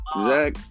Zach